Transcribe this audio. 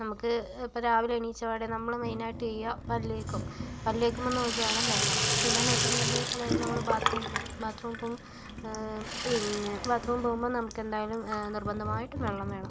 നമുക്ക് ഇപ്പം രാവിലെ എണീച്ചപാടെ നമ്മൾ മെയിനായിട്ട് ചെയ്യുക പല്ല് തേക്കും പല്ല് തേക്കുമ്പം നമുക്ക് വേണം വെള്ളം പിന്നെ എന്ന് വെച്ചിട്ടുണ്ടെങ്കിൽ അതായത് നമ്മൾ ബാത് റൂം പോകും ബാത് റൂം പോകും പിന്നെ ബാത് റൂം പോകുമ്പോൾ നമുക്ക് എന്തായാലും നിർബന്ധമായിട്ടും വെള്ളം വേണം